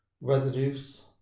residues